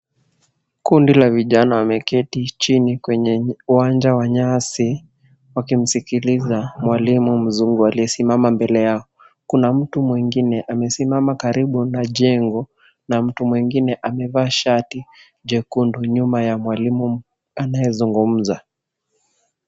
Kundi la vijana wameketi chini kwenye uwanja wa nyasi, wakimsikiliza mwalimu mzungu aliyesimama mbele yao. Kuna mtu mwengine amesimama karibu na jengo na mtu mwengine amevaa shati jekundu nyuma ya mwalimu anayezungumza.